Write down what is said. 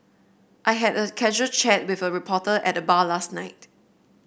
I had a casual chat with a reporter at the bar last night